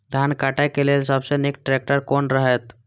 धान काटय के लेल सबसे नीक ट्रैक्टर कोन रहैत?